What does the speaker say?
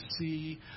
see